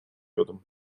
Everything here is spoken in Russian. йодом